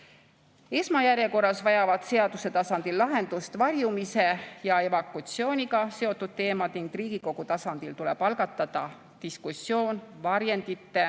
kasutusel. Esmajärjekorras vajavad seaduse tasandil lahendust varjumise ja evakuatsiooniga seotud teemad ning Riigikogu tasandil tuleb algatada diskussioon varjendite